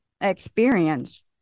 experience